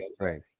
right